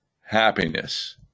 happiness